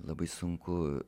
labai sunku